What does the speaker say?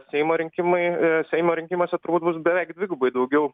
seimo rinkimai seimo rinkimuose turbūt bus beveik dvigubai daugiau